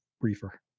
briefer